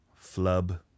Flub